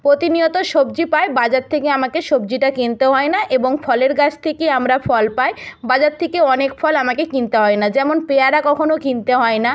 প্রতিনিয়ত সবজি পাই বাজার থেকে আমাকে সবজিটা কিনতেও হয় না এবং ফলের গাছ থেকে আমরা ফল পাই বাজার থেকে অনেক ফল আমাকে কিনতে হয় না যেমন পেয়ারা কখনো কিনতে হয় না